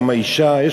יום האישה,